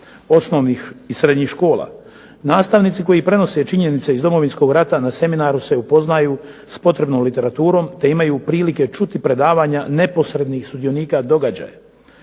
osnovnih i srednjih škola. Nastavnici koji prenose činjenice iz Domovinskog rata na seminaru se upoznaju s potrebnom literaturom te imaju prilike čuti predavanja neposrednih sudionika događaja.